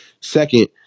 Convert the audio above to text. Second